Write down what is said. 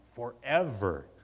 forever